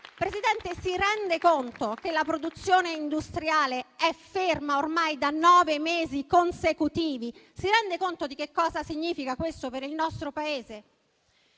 Presidente, si rende conto che la produzione industriale è ferma ormai da nove mesi consecutivi? Si rende conto di cosa significa questo per il nostro Paese?